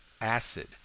acid